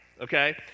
okay